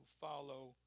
follow